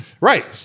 Right